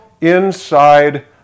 inside